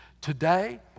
Today